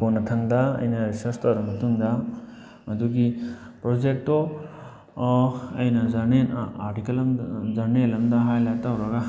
ꯀꯣꯟꯅꯊꯪꯗ ꯑꯩꯅ ꯔꯤꯁꯔꯁ ꯇꯧꯔ ꯃꯇꯨꯡꯗ ꯃꯗꯨꯒꯤ ꯄ꯭ꯔꯣꯖꯦꯛꯇꯣ ꯑꯩꯅ ꯖꯔꯅꯦꯜ ꯑꯥꯔꯇꯤꯀꯜ ꯑꯃꯗ ꯖꯔꯅꯦꯜ ꯑꯃꯗ ꯍꯥꯏ ꯂꯥꯏꯠ ꯇꯧꯔꯒ